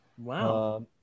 wow